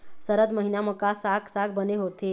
सरद महीना म का साक साग बने होथे?